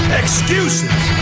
excuses